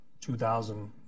2,000